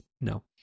no